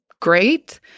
great